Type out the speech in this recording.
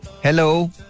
Hello